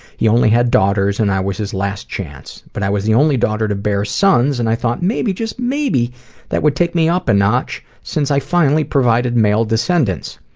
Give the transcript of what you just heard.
he only had daughters and i was his last chance, but i was the only daughter to bear sons, and i thought maybe, just maybe that would me take me up a notch since i finally provided male descendants.